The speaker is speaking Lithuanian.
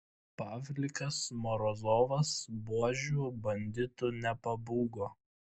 pavlikas morozovas buožių banditų nepabūgo